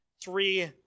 three